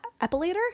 Epilator